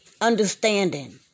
understanding